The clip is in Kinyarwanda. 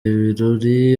ibirori